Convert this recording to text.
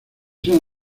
sean